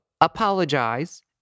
apologize